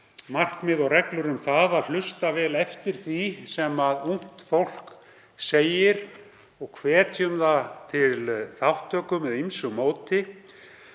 markmið og reglur um að hlusta vel eftir því sem ungt fólk segir og hvetjum það til þátttöku með ýmsu móti.